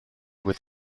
with